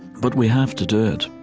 but we have to do it